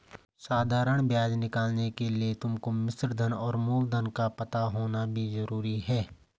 साधारण ब्याज निकालने के लिए तुमको मिश्रधन और मूलधन का पता होना भी जरूरी है